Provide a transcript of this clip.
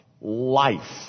life